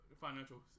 financial